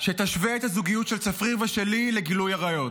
שתשווה את הזוגיות של צפריר ושלי לגילוי עריות?